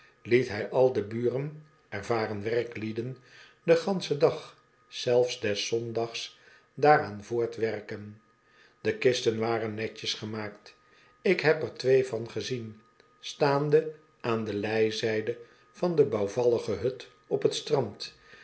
liet hij al de buren ervaren werklieden den gansenen dag zelfs des zondags daaraan voortwerken de kisten waren netjes gemaakt ik heb er twee van gezien staande aan de lij zijde van de bouwvallige hut op t strand